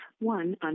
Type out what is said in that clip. one